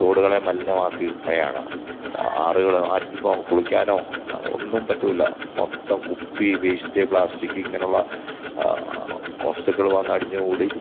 തോടുകളെ മലിനമാക്കുകയാണ് ആറുകള് ആറ്റില്പോ കുളിക്കാനോ ഒന്നും പറ്റില്ല മൊത്തം കുപ്പി വേസ്റ്റ് പ്ലാസ്റ്റിക്ക് ഇങ്ങനെയുള്ള വസ്തുക്കള് വന്നടിഞ്ഞുകൂടി